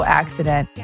accident